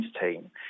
team